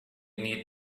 need